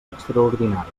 extraordinari